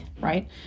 right